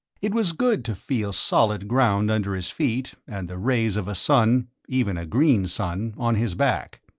it was good to feel solid ground under his feet and the rays of a sun, even a green sun, on his back.